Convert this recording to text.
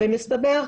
מסתבר,